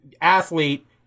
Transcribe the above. athlete